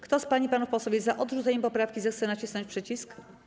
Kto z pań i panów posłów jest za odrzuceniem poprawki, zechce nacisnąć przycisk.